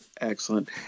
Excellent